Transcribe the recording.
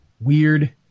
weird-